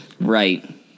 Right